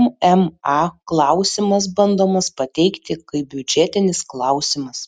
mma klausimas bandomas pateikti kaip biudžetinis klausimas